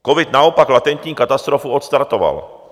Covid naopak latentní katastrofu odstartoval.